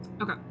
Okay